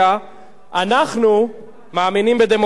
אנחנו מאמינים בדמוקרטיה אמיתית,